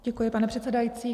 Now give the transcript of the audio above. Děkuji, pane předsedající.